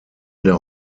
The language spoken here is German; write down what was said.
der